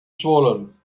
swollen